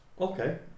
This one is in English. Okay